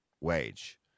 wage